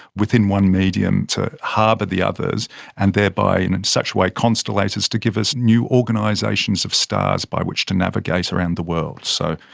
within one medium, to harbour the others and, thereby in and such a way, constellate as to give us new organisations of stars by which to navigate around the world. so,